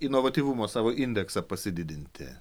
inovatyvumo savo indeksą pasididinti